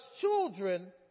children